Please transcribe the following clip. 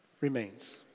remains